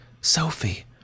Sophie